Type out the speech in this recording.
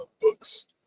books